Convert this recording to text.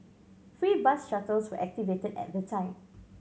free bus shuttles were activated at the time